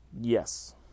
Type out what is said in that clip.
Yes